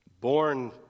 Born